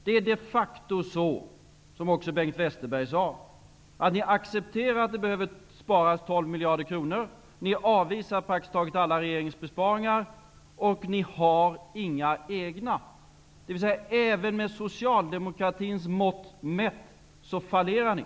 Det är de facto så, vilket också Bengt Westerberg sade, att Socialdemokraterna accepterar att det behöver sparas 12 miljarder kronor, men avvisar praktiskt taget alla regeringes besparingar och har inga egna förslag. Även med socialdemokratins mått mätt fallerar ni.